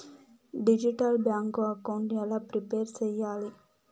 Digital bank account ఎలా prepare సెయ్యాలి?